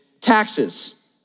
taxes